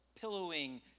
pillowing